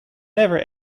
never